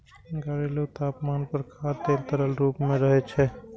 घरेलू तापमान पर खाद्य तेल तरल रूप मे रहै छै